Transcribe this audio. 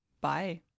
Bye